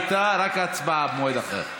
תשובה הייתה, רק הצבעה במועד אחר.